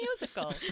musical